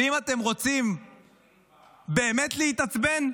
ואם אתם רוצים באמת להתעצבן,